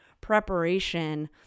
preparation